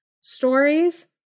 stories